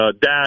dad